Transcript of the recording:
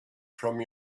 from